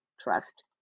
Trust